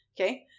okay